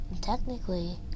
Technically